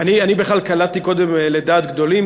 אני בכלל קלעתי קודם לדעת גדולים,